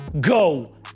go